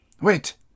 Wait